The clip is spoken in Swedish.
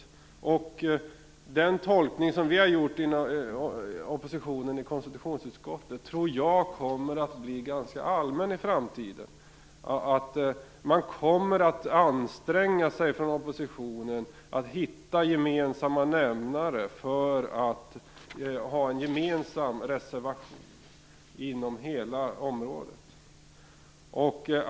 Jag tror att den tolkning som vi har gjort inom oppositionen i konstitutionsutskottet kommer att bli ganska allmän i framtiden. Oppositionen kommer att anstränga sig att hitta gemensamma nämnare för att ställa en gemensam reservation inom hela området.